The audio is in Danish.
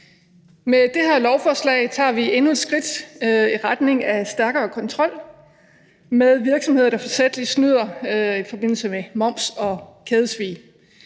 Med det her lovforslag tager vi endnu et skridt i retning af stærkere kontrol med virksomheder, der forsætligt snyder i forbindelse med moms og kædesvig.